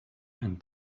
and